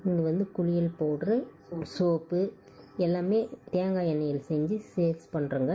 இங்கு வந்து குளியல் பவுடர் சோப்பு எல்லாமே தேங்காய் எண்ணெயில் செய்து சேல்ஸ் பண்றோம்